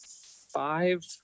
five